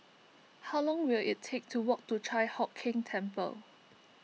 how long will it take to walk to Chi Hock Keng Temple